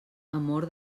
amor